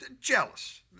Jealous